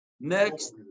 Next